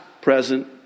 present